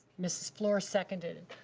mrs. fluor seconded.